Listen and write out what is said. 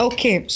Okay